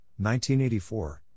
1984